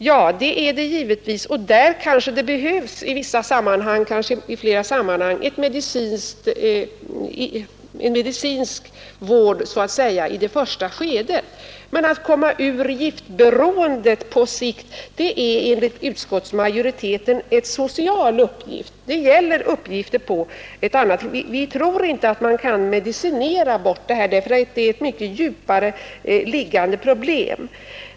Ja, det gör det givetvis, och där kanske det i flera sammanhang behövs en medicinsk vård så att säga i det första skedet. Men att komma ur giftberoendet på sikt är enligt utskottsmajoriteten en social uppgift. Vi tror inte man kan medicinera bort detta, därför att det är ett mycket djupare liggande problem.